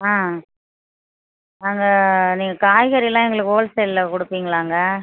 ஆ நாங்கள் நீங்கள் காய்கறியெலாம் எங்களுக்கு ஹோல்சேலில் கொடுப்பீங்களாங்க